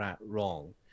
wrong